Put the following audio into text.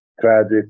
tragic